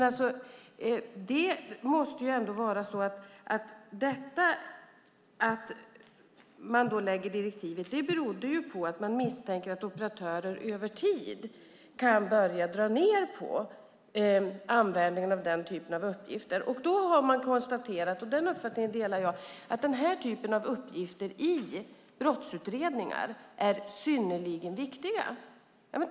Att man lade fram direktivet var för att man misstänkte att operatörer över tid kunde börja dra ned på användningen av den typen av uppgifter. Man konstaterar att den här typen av uppgifter är synnerligen viktiga i brottsutredningar, och jag delar den uppfattningen.